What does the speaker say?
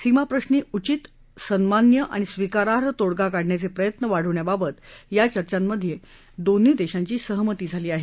सीमाप्रश्नी उचित सन्मान्य आणि स्वीकार्ह तोडगा काढण्याचे प्रयत्न वाढवण्याबाबत या चर्चामधे दोन्ही देशांची सहमती झाली आहे